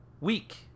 week